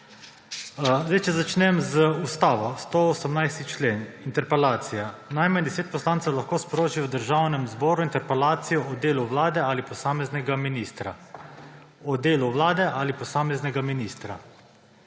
Če začnem z Ustavo, 118. člen, interpelacija. »Najmanj 10 poslancev lahko sproži v Državnem zboru interpelacijo o delu Vlade ali posameznega ministra.« O delu Vlade ali posameznega ministra.